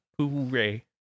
hooray